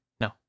No